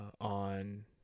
on